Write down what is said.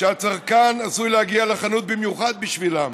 שהצרכן עשוי להגיע לחנות במיוחד בשבילם.